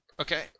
Okay